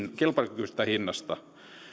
kilpailukykyisestä hinnasta